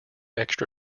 extra